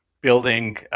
building